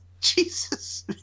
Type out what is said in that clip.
Jesus